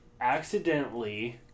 accidentally